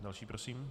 Další prosím.